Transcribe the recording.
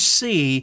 see